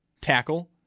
tackle